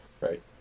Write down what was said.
right